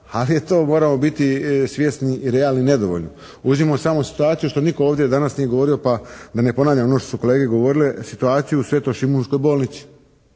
ali je to moramo biti svjesni i realni, nedovoljno. Uzmimo samo situaciju što nitko ovdje danas nije govorio pa da ne ponavljam ono što su kolege govorili, situaciju u Svetošimunskoj bolnici.